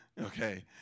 Okay